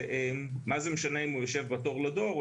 מה זה משנה אם הוא יושב בתור לדואר,